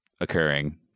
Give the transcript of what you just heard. occurring